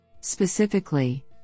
Specifically